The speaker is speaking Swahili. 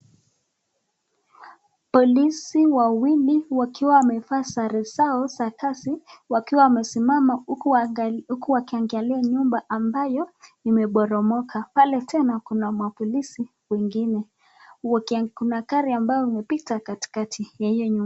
Polisi wawili wakiwa wamevaa sare zao za kazi wakiwa wamesimama huku wakiangalia nyumba ambayo imeboromoka. Pale tena kuna mapolisi wengine. Kuna gari ambayo imepita katikati ya hiyo nyumba.